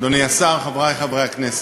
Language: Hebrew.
אדוני השר, חברי חברי הכנסת,